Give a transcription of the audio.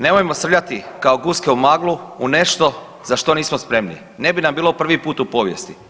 Nemojmo srljati kao guske u maglu u nešto za što nismo spremni ne bi nam bilo prvi put u povijesti.